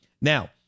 Now